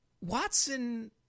Watson